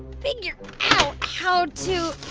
figure out how to